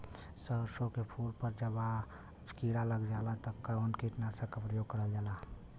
सरसो के फूल पर जब किड़ा लग जाला त कवन कीटनाशक क प्रयोग करल जाला?